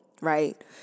right